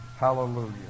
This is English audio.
Hallelujah